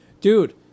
dude